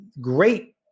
great